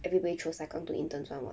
everybody chose sai kang to interns [one] [what]